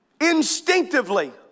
Instinctively